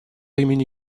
имени